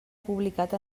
publicat